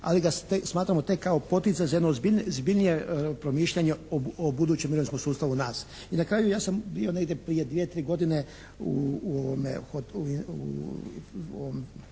ali ga smatramo tek kao poticaj za jedno ozbiljnije promišljanje o budućem mirovinskom sustavu u nas. I na kraju, ja sam bio prije negdje dvije, tri godine u